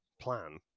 plan